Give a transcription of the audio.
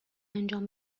انجام